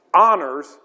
honors